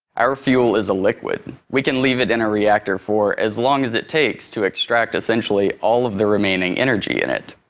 our fuel is a liquid. we can leave it in a reactor for as long as it takes to extract essentially all of the remaining energy in it.